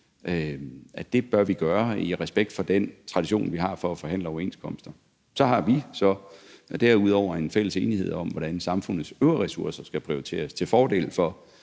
at det bør vi gøre i respekt for den tradition, vi har for at forhandle overenskomster. Så har vi derudover en fælles enighed om, hvordan samfundets øvrige ressourcer skal prioriteres til fordel for